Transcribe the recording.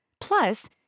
Plus